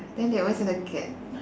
then they always had a gap